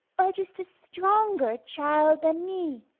or just a stronger child than me?